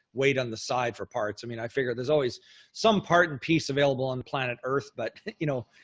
wait on the side for parts. i mean, i figure there's always some part and piece available on planet earth, but you know,